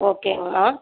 ஓகேங்கம்மா